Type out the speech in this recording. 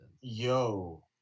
Yo